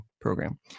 program